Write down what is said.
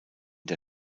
der